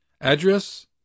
Address